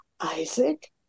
isaac